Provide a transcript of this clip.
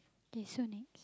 kay so next